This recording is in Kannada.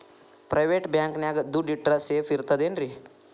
ಪ್ರೈವೇಟ್ ಬ್ಯಾಂಕ್ ನ್ಯಾಗ್ ದುಡ್ಡ ಇಟ್ರ ಸೇಫ್ ಇರ್ತದೇನ್ರಿ?